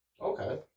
Okay